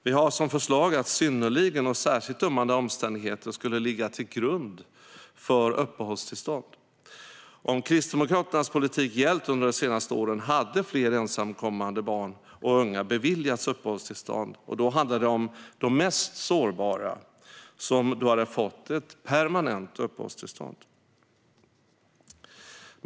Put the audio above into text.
Vi har som förslag att synnerligen och särskilt ömmande omständigheter ska ligga som grund för uppehållstillstånd. Om Kristdemokraternas politik hade gällt under de senaste åren hade fler ensamkommande barn och unga beviljats uppehållstillstånd. Då hade de mest sårbara fått permanent uppehållstillstånd.